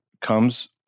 comes